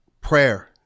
prayer